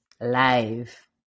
live